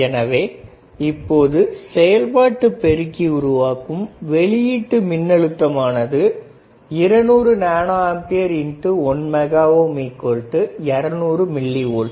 எனவே இப்போது செயல்பாட்டுப் பெருக்கி உருவாக்கும் வெளியீட்டு மின்னழுத்தம் ஆனது 200nA1M200mV